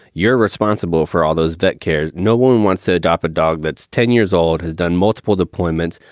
you're responsible for all those vet care. no one wants to adopt a dog that's ten years old, has done multiple deployments.